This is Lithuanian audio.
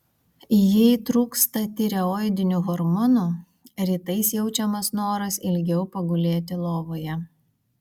jei trūksta tireoidinių hormonų rytais jaučiamas noras ilgiau pagulėti lovoje